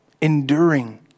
enduring